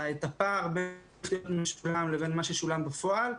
הפער בין מה שהיה צריך להיות משולם לבין מה ששולם בפועל.